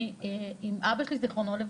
אני עם אבא שלי זכרונו לברכה,